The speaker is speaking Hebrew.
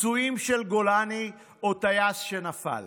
פצועים של גולני או טייס שנפל.